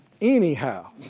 anyhow